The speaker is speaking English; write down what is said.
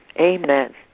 Amen